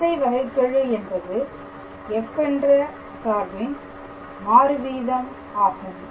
திசைவகைகெழு என்பது f என்ற சார்பின் மாறு வீதம் ஆகும்